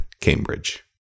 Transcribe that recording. Cambridge